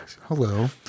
Hello